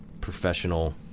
professional